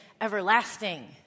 everlasting